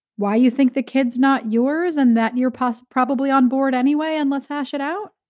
why you think the kid's not yours and that near post probably on board anyway, and let's hash it out.